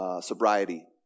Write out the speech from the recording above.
sobriety